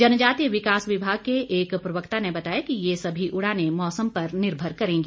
जनजातीय विकास विभाग के एक प्रवक्ता ने बताया कि ये सभी उड़ानें मौसम पर निर्भर करेंगी